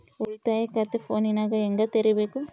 ಉಳಿತಾಯ ಖಾತೆ ಫೋನಿನಾಗ ಹೆಂಗ ತೆರಿಬೇಕು?